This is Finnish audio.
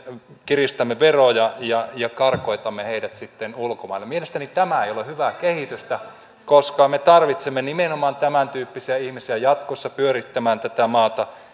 kiristämme veroja ja karkotamme heidät ulkomaille mielestäni tämä ei ole hyvää kehitystä koska me tarvitsemme nimenomaan tämäntyyppisiä ihmisiä jatkossa pyörittämään tätä maata